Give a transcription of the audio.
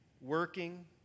working